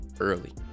early